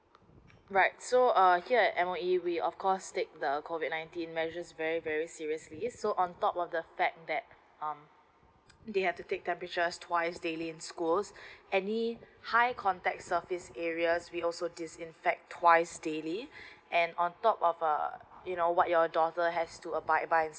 right so uh here are M_O_E we of course take the COVID nineteen measures very very seriously so on top of the fact that um they have to take temperature twice daily in schools any hi contact surface area we also disinfect twice daily and on top of uh you know what your daughter has to abide by